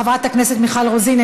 חברת הכנסת מיכל רוזין,